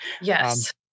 Yes